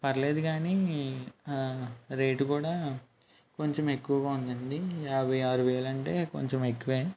పర్లేదు కానీ రేట్ కూడా కొంచెం ఎక్కువగా ఉందండి యాభై ఆరు వేలు అంటే కొంచెం ఎక్కువే